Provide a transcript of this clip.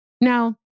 Now